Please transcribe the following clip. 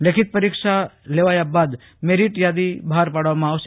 લેખિત પરીક્ષા લેવાયા બાદ મેરિટ યાદી બહાર પાડવામાં આવશે